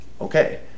okay